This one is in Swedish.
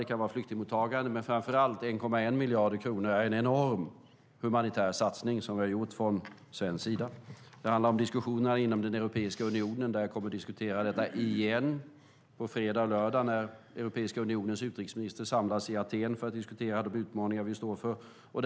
Det kan vara flyktingmottagande, men framför allt är 1,1 miljarder kronor en enorm humanitär satsning som vi från svensk sida har gjort. Det handlar om diskussionerna inom Europeiska unionen, där man kommer att diskutera detta igen på fredag och lördag när Europeiska unionens utrikesministrar samlas i Aten för att diskutera de utmaningar som vi står inför.